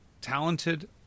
talented